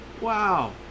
Wow